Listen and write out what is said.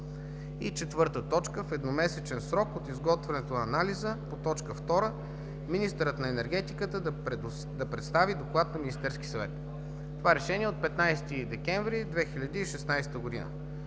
контрол. 4. В едномесечен срок от изготвянето на анализа по точка 2 министърът на енергетиката да представи доклад на Министерския съвет.“ Това решение е от 15 декември 2016 г.